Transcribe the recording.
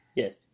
Yes